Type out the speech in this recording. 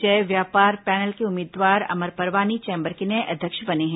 जय व्यापार पैनल के उम्मीदवार अमर परवानी चैंबर के नये अध्यक्ष बने हैं